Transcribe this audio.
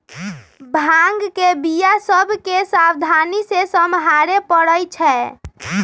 भांग के बीया सभ के सावधानी से सम्हारे परइ छै